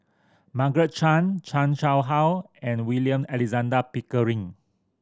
Margaret Chan Chan Chang How and William Alexander Pickering